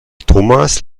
thomas